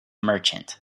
merchant